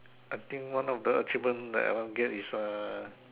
I think one of the achievement that I want to get is uh